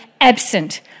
absent